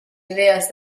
idees